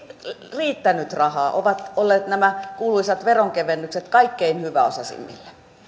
riittänyt rahaa ovat olleet nämä kuuluisat veronkevennykset kaikkein hyväosaisimmille